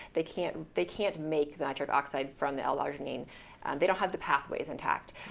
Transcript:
they can't they can't make nitric oxide from the larginine. they don't have the pathways intact.